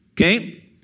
okay